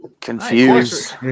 Confused